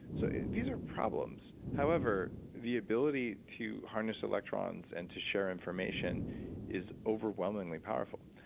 so these are problems. however, the ability to harness electrons and to share information is overwhelmingly powerful.